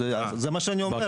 זה מה שאני אומר,